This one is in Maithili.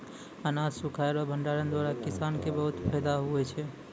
अनाज सुखाय रो भंडारण द्वारा किसान के बहुत फैदा हुवै छै